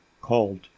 called